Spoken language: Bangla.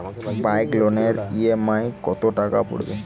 বাইক লোনের ই.এম.আই কত টাকা পড়বে?